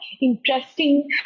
interesting